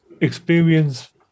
experience